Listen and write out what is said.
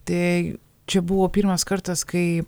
tai čia buvo pirmas kartas kai